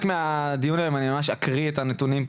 בחלק מהנושאים אני אקריא את הנתונים.